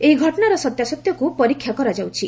ଏହି ଘଟଣାର ସତ୍ୟାସତ୍ୟକୁ ପରୀକ୍ଷା କରାଯାଉଛି